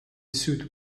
suit